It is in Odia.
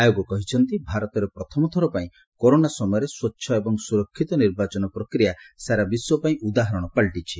ଆୟୋଗ କହିଛନ୍ତି ଭାରତରେ ପ୍ରଥମ ଥରପାଇଁ କରୋନା ସମୟରେ ସ୍ୱଚ୍ଚ ଏବଂ ସୁରକ୍ଷିତ ନିର୍ବାଚନ ପ୍ରକ୍ରିୟା ସାରା ବିଶ୍ୱପାଇଁ ଉଦାହରଣ ପାଲଟିଛି